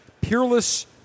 Peerless